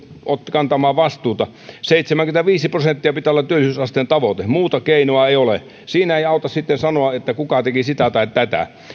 kantamaan vastuuta seitsemänkymmentäviisi prosenttia pitää olla työllisyysasteen tavoite muuta keinoa ei ole siinä ei auta sitten sanoa että kuka teki sitä tai tätä